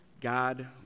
God